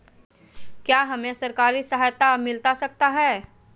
क्या हमे सरकारी सहायता मिलता सकता है?